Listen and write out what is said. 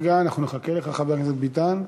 רגע, אנחנו נחכה לך, חבר הכנסת ביטן.